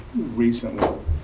recently